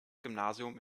gymnasium